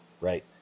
right